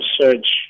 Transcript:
search